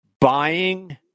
buying